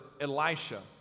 Elisha